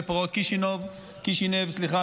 בפרעות קישינב ב-1903,